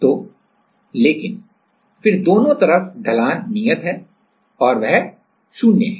तो लेकिन फिर दोनों तरफ ढलान नियत है और वह 0 है